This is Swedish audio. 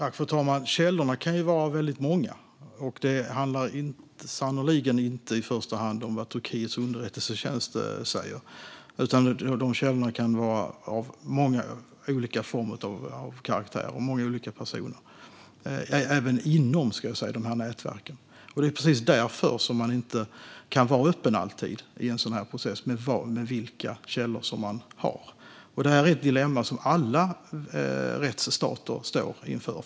Fru talman! Källorna kan vara många. Det handlar sannerligen inte i första hand om vad Turkiets underrättelsetjänst säger. Källorna kan ha många olika former, vara av olika karaktär och vara många olika personer - även inom nätverken. Det är precis därför som man inte alltid kan vara öppen i en sådan process med vilka källor som finns. Det är ett dilemma som alla rättsstater står inför.